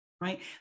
right